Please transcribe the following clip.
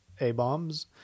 A-bombs